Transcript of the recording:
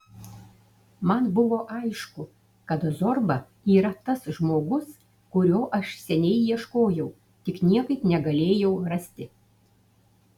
man buvo aišku kad zorba yra tas žmogus kurio aš seniai ieškojau tik niekaip negalėjau rasti